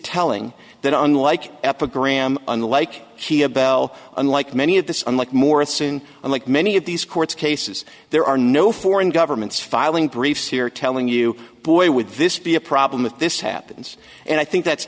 telling that unlike epigram unlike she had bell unlike many of the unlike morrison unlike many of these court cases there are no foreign governments filing briefs here telling you boy with this be a problem if this happens and i think that's